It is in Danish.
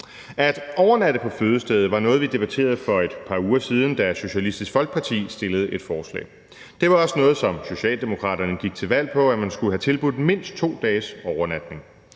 At overnatte på fødestedet var noget, vi debatterede for et par uger siden, da Socialistisk Folkeparti fremsatte et forslag. Det var også noget, som Socialdemokraterne gik til valg på, altså at man skulle have tilbudt mindst 2 dages overnatning.